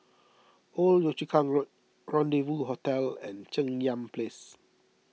Old Yio Chu Kang Road Rendezvous Hotel and Cheng Yan Place